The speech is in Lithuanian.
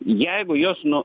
jeigu juos nu